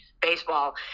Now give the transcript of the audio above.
baseball